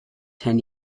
ten